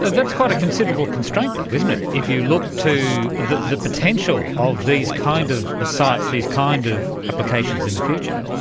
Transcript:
that's quite a considerable constraint, though, isn't it, if you look to the the potential of these kinds of sites, these kinds of applications in the future.